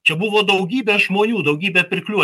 čia buvo daugybė žmonių daugybė pirklių